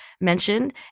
mentioned